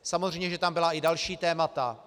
Samozřejmě že tam byla i další témata.